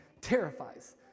terrifies